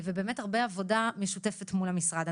ובאמת הרבה עבודה משותפת מול המשרד.